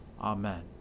Amen